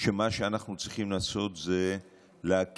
שמה שאנחנו צריכים לעשות זה להקים